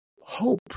hope